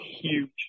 huge